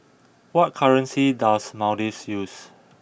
what currency does Maldives use